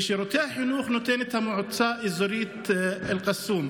ואת שירותי החינוך נותנת המועצה האזורית אל-קסום.